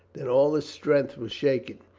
then all his strength was shaken.